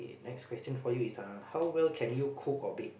next question for you is uh how well can you cook or bake